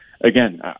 again